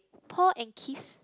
Paul and Keith's